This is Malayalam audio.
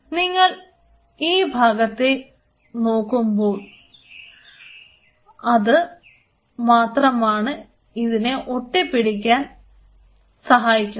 നിങ്ങൾ ഈ ഭാഗത്ത് നോക്കുകയാണെങ്കിൽ ഇത് മാത്രമാണ് ഇതിനെ ഒട്ടി പിടിച്ചിരിക്കാൻ സഹായിക്കുന്നത്